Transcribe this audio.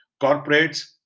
corporates